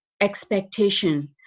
expectation